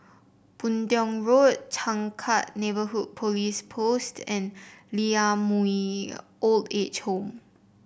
Boon Tiong Road Changkat Neighbourhood Police Post and Lee Ah Mooi Old Age Home